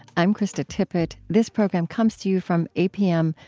i'm krista tippett. this program comes to you from apm,